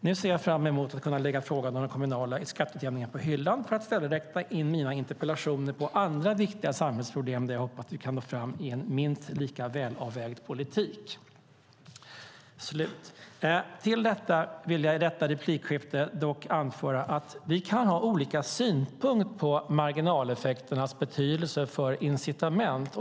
Nu ser jag fram emot att lägga frågan om den kommunala skatteutjämningen på hyllan för att i stället rikta in mina interpellationer på andra viktiga samhällsproblem där jag hoppas att vi kan nå fram i en minst lika välavvägd politik. Till detta vill jag i detta replikskifte dock anföra att vi kan ha olika synpunkt på marginaleffekternas betydelser för incitament.